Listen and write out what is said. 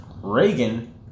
Reagan